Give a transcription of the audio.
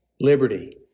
liberty